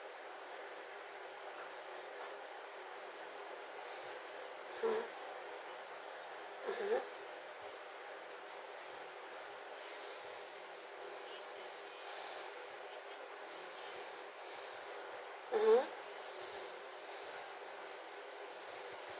(uh huh) (uh huh) (uh huh)